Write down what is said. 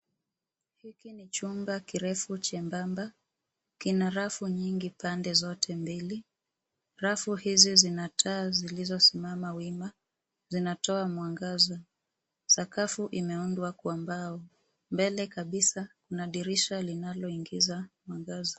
Hiki ni chumba kirefu chembamba. Kina rafu nyingi pande zote mbili. Rafu hizi zina taa zilizosimama wima, zinatoa mwangaza. Sakafu imeundwa kwa mbao. Mbele kabisa kuna dirisha linaloingiza mwangaza.